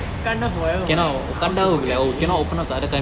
wakanda forever [what] how to forget it